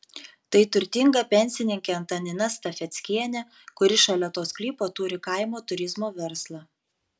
tai turtinga pensininkė antanina stafeckienė kuri šalia to sklypo turi kaimo turizmo verslą